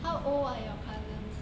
how old are your cousins